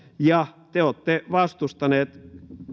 ja te olette vastustaneet